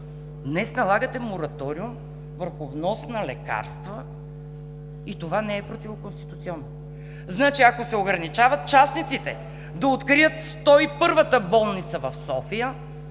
Днес налагате мораториум върху внос на лекарства и това не е противоконституционно. Значи, ако се ограничават частниците да открият сто и първата болница в София,